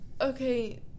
okay